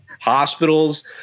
hospitals